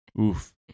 Oof